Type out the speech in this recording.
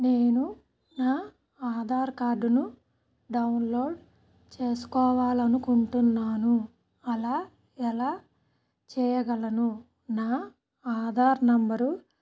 నేను నా ఆధార్ కార్డును డౌన్లోడ్ చేసుకోవాలి అనుకుంటున్నాను అలా ఎలా చేయగలను నా ఆధార్ నెంబర్